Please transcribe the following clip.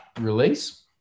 Release